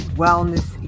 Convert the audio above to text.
wellness